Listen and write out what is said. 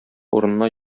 урынына